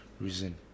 reason